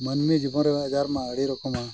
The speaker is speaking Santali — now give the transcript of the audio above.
ᱢᱟᱱᱢᱤ ᱡᱤᱵᱤᱱ ᱨᱮ ᱟᱡᱟᱨᱢᱟ ᱟᱹᱰᱤ ᱨᱚᱠᱚᱢᱟ